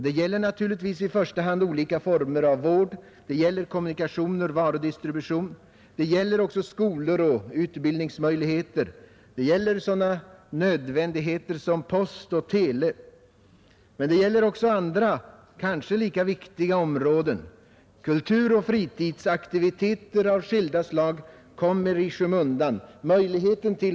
Det gäller naturligtvis i första hand olika former av vård, det gäller kommunikationer och varudistribution, det gäller skolor och utbildningsmöjligheter, det gäller sådana nödvändigheter som post och tele. Men det gäller också andra kanske lika viktiga områden, Kulturoch fritidsaktiviteter av skilda slag kommer i skymundan.